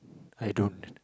I don't